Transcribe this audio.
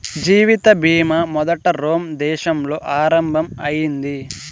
జీవిత బీమా మొదట రోమ్ దేశంలో ఆరంభం అయింది